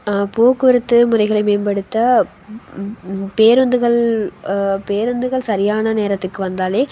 போக்குவரத்து முறைகளை மேம்படுத்த பேருந்துகள் பேருந்துகள் சரியான நேரத்துக்கு வந்தாலே